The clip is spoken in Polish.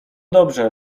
dobrze